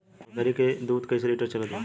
बकरी के दूध कइसे लिटर चलत बा?